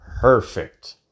perfect